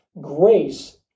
Grace